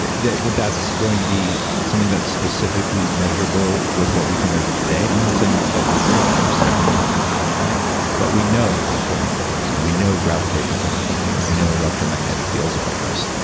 that that that's going to be something that's specifically measurable with what we can measure today. i'm not saying that stuff isn't real i'm just saying we don't have good data on it but, we know a full moon affects you. we know gravitational ties affect you. and we know electromagnetic fields affect us,